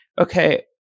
okay